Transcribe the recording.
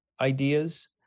ideas